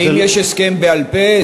האם יש הסכם בעל-פה?